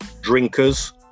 drinkers